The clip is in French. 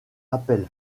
appel